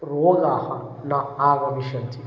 रोगाः न आगमिष्यन्ति